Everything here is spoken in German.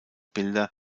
bilder